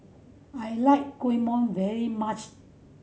I like kuih mom very much